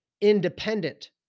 independent